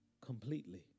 completely